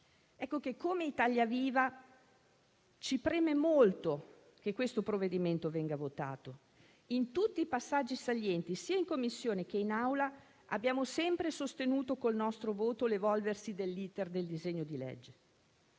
impuniti. Come Italia Viva, ci preme molto che questo provvedimento venga votato in tutti i passaggi salienti. Sia in Commissione che in Aula, abbiamo sempre sostenuto col nostro voto l'evolversi dell'*iter* del disegno di legge,